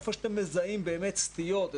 איפה שאתם מזהים באמת סטיות,